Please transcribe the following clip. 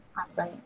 Awesome